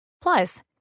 Plus